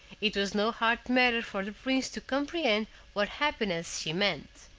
it was no hard matter for the prince to comprehend what happiness she meant.